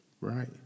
Right